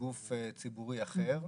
מגוף ציבורי אחר.